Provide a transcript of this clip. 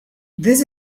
this